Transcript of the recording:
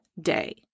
day